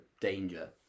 danger